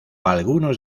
algunos